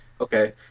Okay